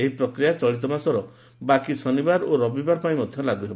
ଏହି ପ୍ରକ୍ରିୟା ଚଳିତମାସର ବାକି ଶନିବାର ଓ ରବିବାର ପାଇଁ ଲାଗୁ ହେବ